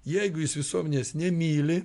jeigu jis visuomenės nemyli